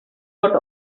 bought